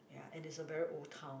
and it's a very old town